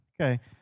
Okay